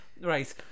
right